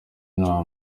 nta